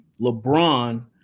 LeBron